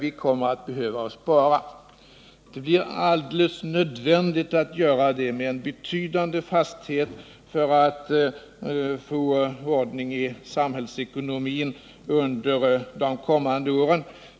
Det kommer att bli alldeles nödvändigt att vi med en betydande fasthet inriktar oss på att spara, om vi skall få ordning i samhällsekonomin under de kommande åren.